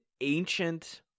ancient